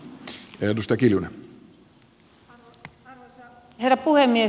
arvoisa herra puhemies